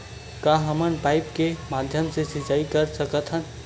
का हमन पाइप के माध्यम से सिंचाई कर सकथन?